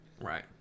right